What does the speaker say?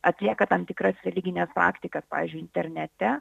atlieka tam tikras religines praktika pavyzdžiui internete